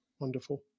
wonderful